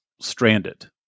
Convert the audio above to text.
stranded